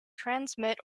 transmit